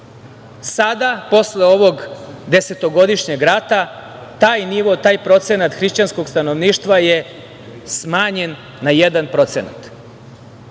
Sada, posle ovog desetogodišnjeg rata, taj nivo, taj procenat hrišćanskog stanovništva je smanjen na 1%.